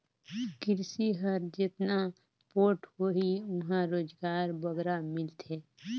किरसी हर जेतना पोठ होही उहां रोजगार बगरा मिलथे